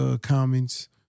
comments